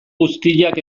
guztiak